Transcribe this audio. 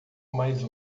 mais